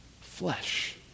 flesh